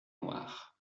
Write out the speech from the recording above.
noire